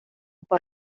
por